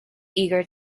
eager